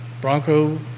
Bronco